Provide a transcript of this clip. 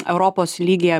europos lygyje